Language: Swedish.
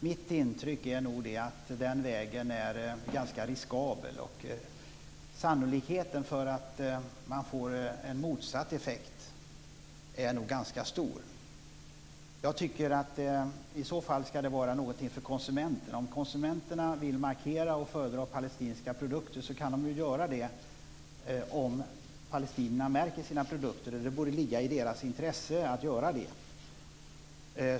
Mitt intryck är nog att den vägen är ganska riskabel. Sannolikheten för att man får en motsatt effekt är nog ganska stor. Jag tycker att i så fall skall det vara något för konsumenterna. Om konsumenterna vill markera att de föredrar palestinska produkter kan de göra det om palestinierna märker sina produkter. Det borde ligga i deras intresse att göra det.